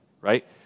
right